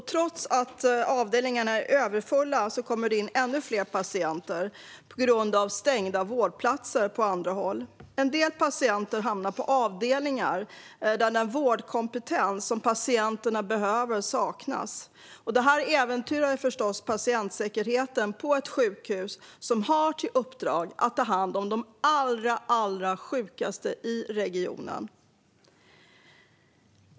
Trots att avdelningarna är överfulla kommer det dessutom in ännu fler patienter, på grund av stängda vårdplatser på andra håll. En del patienter hamnar på avdelningar där den vårdkompetens de behöver saknas. Det äventyrar förstås patientsäkerheten på ett sjukhus som har till uppdrag att ta hand om de allra sjukaste i regionen.